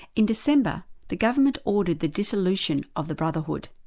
in december, the government ordered the dissolution of the brotherhood.